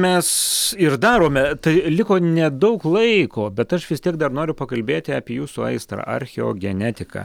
mes ir darome tai liko nedaug laiko bet aš vis tiek dar noriu pakalbėti apie jūsų aistrą archeogenetiką